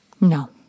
No